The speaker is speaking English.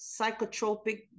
psychotropic